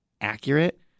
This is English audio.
accurate